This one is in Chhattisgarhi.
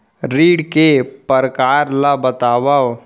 ऋण के परकार ल बतावव?